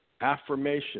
affirmation